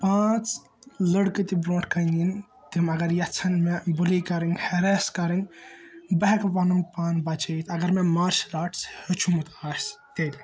پانٛژ لٔڑکہٕ تہِ برٛونٛٹھ کَنہِ یِن تِم اَگَر یِژھَن مےٚ بُلی کَرٕنۍ ہیٚراس کَرٕنۍ بہٕ ہیٚکہٕ پَنُن پان بَچٲوِتھ اَگَر مےٚ مارشَل آرٹس ہیٚچھمُت آسہِ تیٚلہِ